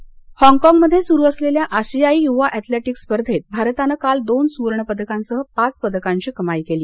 athletics हाँगकाँगमध्य सुरू असलेल्या आशियाई युवा एथलेटिक्स स्पर्धेत भारतानं काल दोन सुवर्ण पदकांसह पाच पदकांची कमाई केली